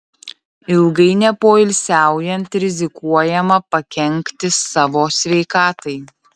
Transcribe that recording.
ilgai nepoilsiaujant rizikuojama pakenkti savo sveikatai